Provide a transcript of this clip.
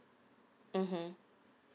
mmhmm